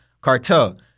Cartel